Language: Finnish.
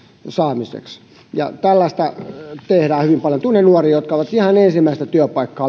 saamiseksi ja tällaista tehdään hyvin paljon tunnen nuoria jotka ovat ihan ensimmäistä työpaikkaa